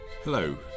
Hello